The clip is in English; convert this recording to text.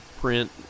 print